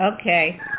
Okay